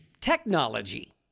technology